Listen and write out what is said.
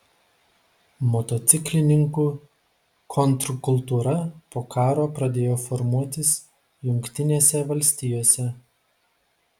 motociklininkų kontrkultūra po karo pradėjo formuotis jungtinėse valstijose